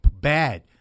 bad